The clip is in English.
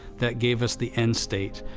that gave us the end state.